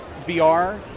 VR